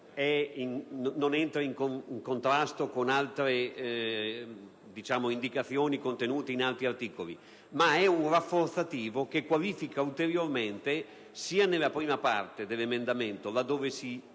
non entra in contrasto con le indicazioni contenute in altri articoli; inoltre rappresenta un rafforzativo che qualifica ulteriormente la prima parte dell'emendamento, laddove si